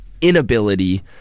inability